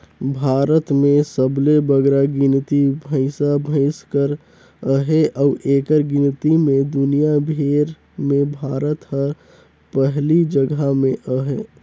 भारत में सबले बगरा गिनती भंइसा भंइस कर अहे अउ एकर गिनती में दुनियां भेर में भारत हर पहिल जगहा में अहे